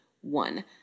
one